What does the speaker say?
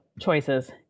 choices